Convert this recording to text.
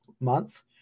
month